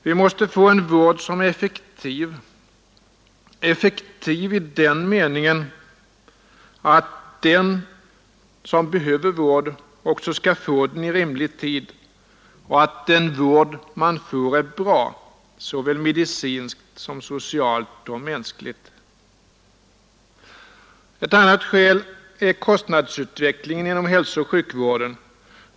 Vi måste få en vård som är effektiv — i den meningen att den som behöver vård också skall få den i rimlig tid och att den vård man får är bra, såväl medicinskt som socialt och mänskligt. Ett annat skäl är kostnadsutvecklingen inom hälsooch sjukvården.